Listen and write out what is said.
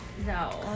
No